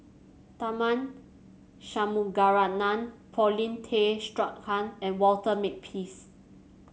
Tharman Shanmugaratnam Paulin Tay Straughan and Walter Makepeace